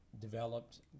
developed